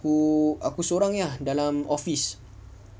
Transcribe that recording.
aku aku seorang aje ah dalam office